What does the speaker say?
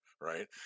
Right